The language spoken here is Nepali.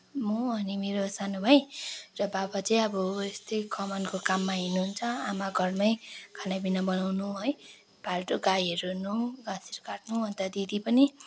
म अनि मेरो सानो भाइ र बाबा चाहिँ अब यस्तै कमानको काममा हिँड्नुहुन्छ आमा घरमै खाना पिना बनाउनु है फाल्टु गाईहरू हेर्नु घाँसहरू काट्नु अन्त दिदी पनि